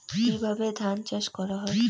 কিভাবে ধান চাষ করা হয়?